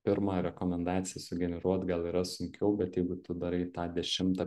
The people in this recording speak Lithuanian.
pirmą rekomendaciją sugeneruot gal yra sunkiau bet jeigu tu darai tą dešimtą